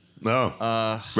No